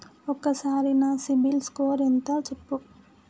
ఒక్కసారి నా CIBIL score ఎంత చెప్పు?